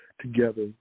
together